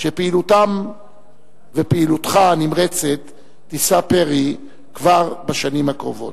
שפעילותם ופעילותך הנמרצת יישאו פרי כבר בשנים הקרובות.